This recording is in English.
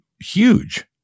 huge